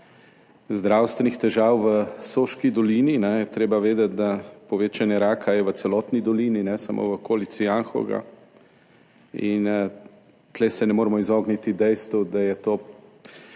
zdravstvenih težav v Soški dolini, je treba vedeti, da je povečanje raka v celotni dolini, ne samo v okolici Anhovega, in tukaj se ne moremo izogniti dejstvu, da je to